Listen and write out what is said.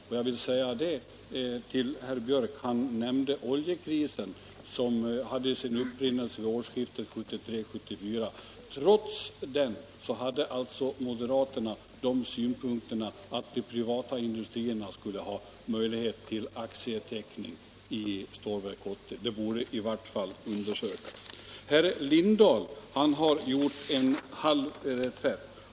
Och herr Björck nämnde oljekrisen, som hade sin upprinnelse vid årsskiftet 1973-1974. Trots den hade alltså moderaterna synpunkten att de privata industrierna skulle ha möjlighet till aktieteckning i Stålverk 80 — det borde i vart fall undersökas. Herr Lindahl i Hamburgsund har gjort en halv reträtt.